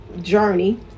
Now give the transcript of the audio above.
journey